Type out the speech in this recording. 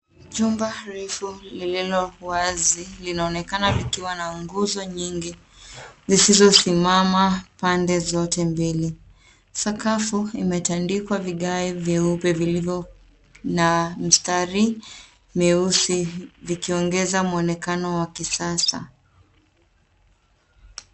Jumba refu lililo wazi linaonekana likiwa na nguzo nyingi zilizo simama pande zote mbili. Sakafu imetandikwa vigae vyeupe vilivyo na mistari mieusi zikiongeza mwonekano wa kisasa.